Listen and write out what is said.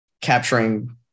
capturing